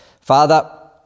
Father